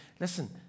Listen